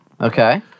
Okay